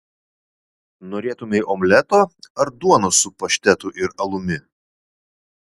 norėtumei omleto ar duonos su paštetu ir alumi